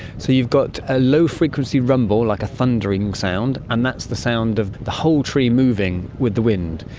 so you've got a low frequency rumble like a thundering sound and that's the sound of the whole tree moving with the wind.